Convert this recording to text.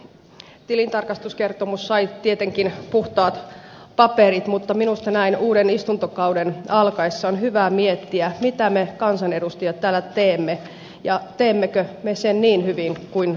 tilintarkastuskertomus sai tietenkin puhtaat paperit mutta minusta näin uuden istuntokauden alkaessa on hyvä miettiä mitä me kansanedustajat täällä teemme ja teemmekö me sen niin hyvin kuin osaamme